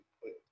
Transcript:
put